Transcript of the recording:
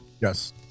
Yes